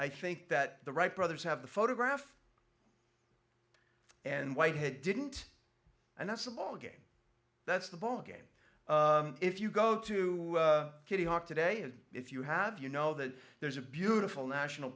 i think that the wright brothers have the photograph and whitehead didn't and that's a ball game that's the ball game if you go to kitty hawk today if you have you know that there's a beautiful national